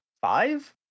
five